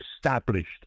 established